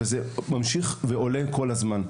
וזה ממשיך ועולה כל הזמן.